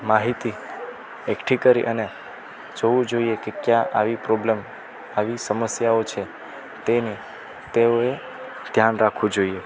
માહિતી એકઠી કરી અને જોવું જોઈએ કે ક્યાં આવી પ્રોબ્લેમ આવી સમસ્યાઓ છે તેને તેઓએ ધ્યાન રાખવું જોઈએ